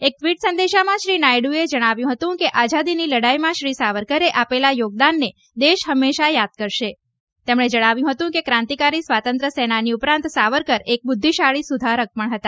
એક ટવીટ સંદેશામાં શ્રી નાયડુએ જણાવ્યું હતું કે આઝાદીની લડાઇમાં શ્રી સાવરકરે આપેલા યોગદાનનું દેશ હંમેશા યાદ કરશે તેમણે જણાવ્યું હતું કે ક્રાંતિકારી સ્વાતંત્ર્ય સેનાની ઉપરાંત સાવરકર એક બુદ્ધિશાળી સુધારક પણ હતા